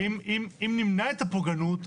אם נמנע את הפוגענות,